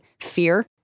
fear